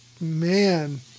Man